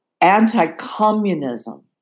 anti-communism